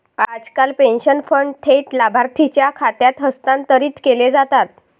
आजकाल pension fund थेट लाभार्थीच्या खात्यात हस्तांतरित केले जातात